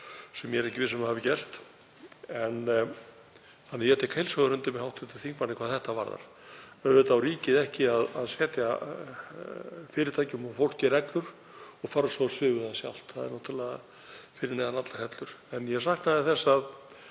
sem ég er ekki viss um að hafi gerst. Ég tek því heils hugar undir með hv. þingmanni hvað þetta varðar. Auðvitað á ríkið ekki að setja fyrirtækjum og fólki reglur og fara svo á svig við þær sjálft. Það er náttúrlega fyrir neðan allar hellur. En ég saknaði þess að